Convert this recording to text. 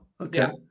Okay